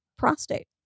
Prostate